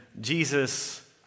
Jesus